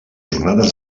jornades